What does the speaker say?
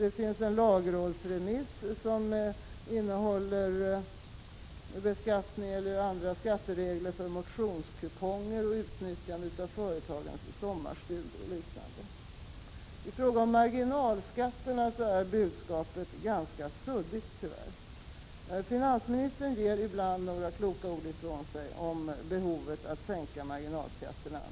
Det finns också en lagrådsremiss som innehåller förslag om beskattning eller andra skatteregler för motionskuponger, utnyttjande av företagens sommarstugor och liknande. I fråga om marginalskatterna är budskapet tyvärr ganska suddigt. Finansministern ger ibland några kloka ord ifrån sig om behovet att sänka marginalskatterna.